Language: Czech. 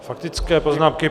Faktické poznámky.